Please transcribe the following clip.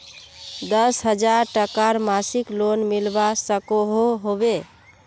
दस हजार टकार मासिक लोन मिलवा सकोहो होबे?